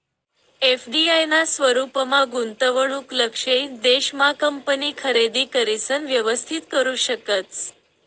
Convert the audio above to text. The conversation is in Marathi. एफ.डी.आय ना स्वरूपमा गुंतवणूक लक्षयित देश मा कंपनी खरेदी करिसन व्यवस्थित करू शकतस